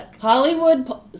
Hollywood